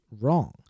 wrong